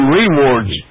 rewards